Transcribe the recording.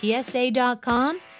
PSA.com